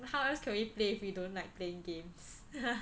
how else can we play if we don't like playing games